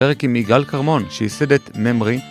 פרק עם 'יגאל קרמון', שיסד את 'נמרי'